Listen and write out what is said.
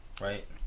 Right